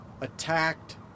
attacked